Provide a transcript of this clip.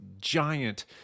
giant